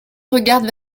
regarde